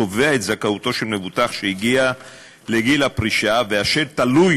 קובע את זכאותו של מבוטח שהגיע לגיל פרישה והוא תלוי